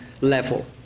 level